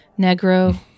Negro